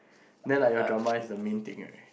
then like your drama is the main thing right